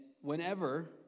whenever